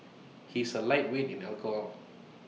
he is A lightweight in alcohol